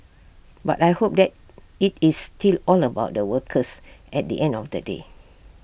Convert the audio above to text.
but I hope that IT is still all about the workers at the end of the day